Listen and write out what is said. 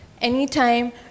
anytime